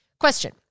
Question